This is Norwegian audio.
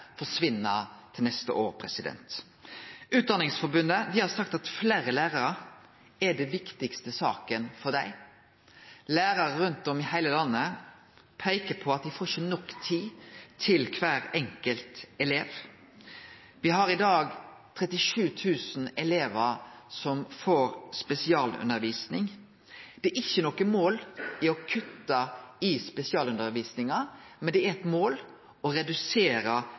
til neste år. Utdanningsforbundet har sagt at fleire lærarar er den viktigaste saka for dei. Lærarar rundt om i heile landet peikar på at dei ikkje får nok tid til kvar enkelt elev. Me har i dag 37 000 elevar som får spesialundervising. Det er ikkje noko mål å kutte i spesialundervisinga, men det er eit mål å